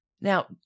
Now